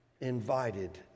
invited